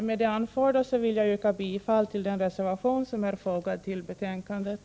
Med det anförda vill jag yrka bifall till den reservation som är fogad till betänkandet.